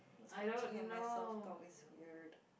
looking at myself talk is weird